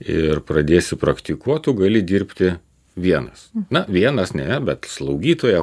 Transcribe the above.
ir pradėsi praktikuot tu gali dirbti vienas na vienas ne bet slaugytojo